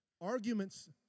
Arguments